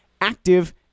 active